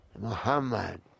Muhammad